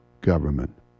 government